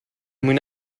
mwyn